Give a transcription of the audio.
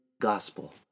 gospel